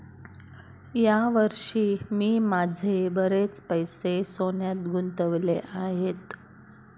या वर्षी मी माझे बरेच पैसे सोन्यात गुंतवले आहेत